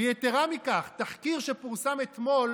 ויתרה מכך, תחקיר שפורסם אתמול